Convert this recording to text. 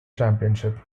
championship